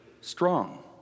strong